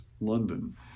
London